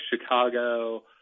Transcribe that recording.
Chicago